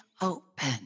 open